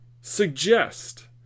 Suggest